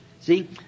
See